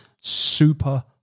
super